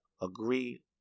agree